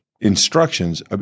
instructions—